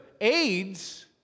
aids